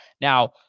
Now